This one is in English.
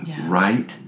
Right